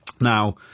Now